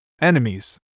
enemies